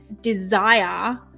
desire